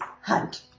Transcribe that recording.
hunt